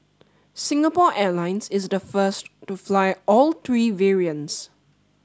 Singapore Airlines is the first to fly all three variants